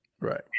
Right